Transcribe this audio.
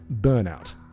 burnout